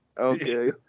Okay